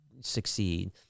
succeed